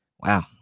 Wow